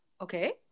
Okay